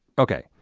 okay.